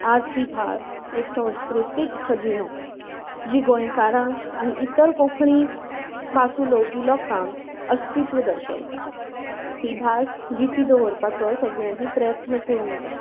आज ही भास एक संस्कृतीक खजिनो जी गोंयकारांक आनी इतर कोंकणी भास उलोवपी लोकांक अस्तित्व दर्शवता ही भास जिती दवरपाचो सगळ्यांनी प्रयत्न करूंक जाय